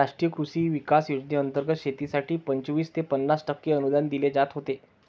राष्ट्रीय कृषी विकास योजनेंतर्गत शेतीसाठी पंचवीस ते पन्नास टक्के अनुदान दिले जात होते